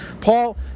Paul